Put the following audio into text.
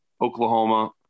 Oklahoma